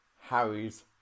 Harry's